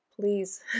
please